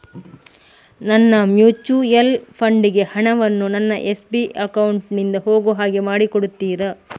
ನನ್ನ mutual fund ಗೆ ಹಣ ವನ್ನು ನನ್ನ ಎಸ್.ಬಿ ಅಕೌಂಟ್ ನಿಂದ ಹೋಗು ಹಾಗೆ ಮಾಡಿಕೊಡುತ್ತೀರಾ?